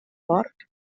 porc